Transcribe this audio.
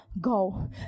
go